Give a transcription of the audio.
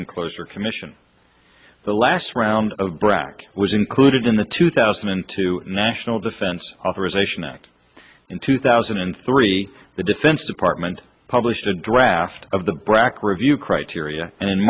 and closure commission the last round of brac was included in the two thousand and two national defense authorization act in two thousand and three the defense department published a draft of the brac review criteria